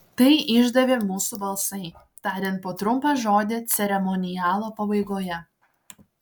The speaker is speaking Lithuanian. tai išdavė mūsų balsai tariant po trumpą žodį ceremonialo pabaigoje